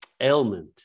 ailment